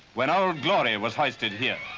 when old glory was hoisted here.